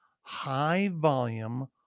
high-volume